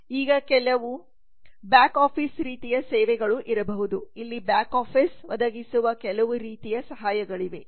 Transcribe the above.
ಈಗ ಕೆಲವು back office ರೀತಿಯ ಸೇವೆಗಳು ಇರಬಹುದು ಅಲ್ಲಿ ಬ್ಯಾಕ್ ಆಫೀಸ್ ಒದಗಿಸುವ ಕೆಲವು ರೀತಿಯ ಸಹಾಯಗಳಿವೆ